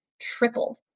tripled